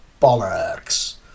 bollocks